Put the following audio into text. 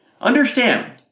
Understand